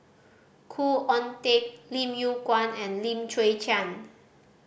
Khoo Oon Teik Lim Yew Kuan and Lim Chwee Chian